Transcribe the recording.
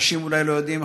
אנשים אולי לא יודעים,